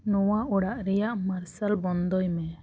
ᱱᱚᱣᱟ ᱚᱲᱟᱜ ᱨᱮᱭᱟᱜ ᱢᱟᱨᱥᱟᱞ ᱵᱚᱱᱫᱷᱚᱭ ᱢᱮ